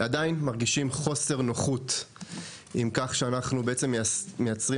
שעדיין מרגישים חוסר נוחות עם כך שאנחנו בעצם מייצרים